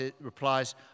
replies